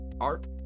Art